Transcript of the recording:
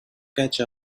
catch